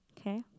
Okay